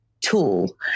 tool